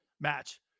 match